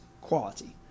quality